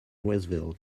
louisville